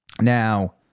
Now